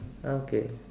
okay